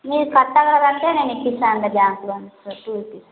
మీరు కట్టగలరంటే నేను ఇప్పిస్తానండి బ్యాంక్ లోన్స్ టూ ఇప్పిస్తాను